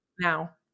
Now